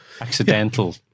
Accidental